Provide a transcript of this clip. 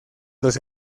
los